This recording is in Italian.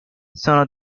sono